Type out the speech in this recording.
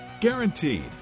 Guaranteed